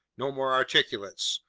no more articulates.